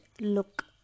look